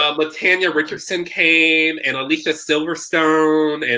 um latanya richardson came and alicia silverstone. and